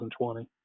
2020